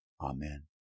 Amen